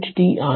8 t ആണ്